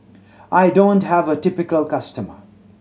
I don't have a typical customer